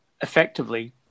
effectively